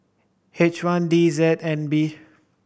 H one D Z N B